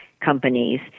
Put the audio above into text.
companies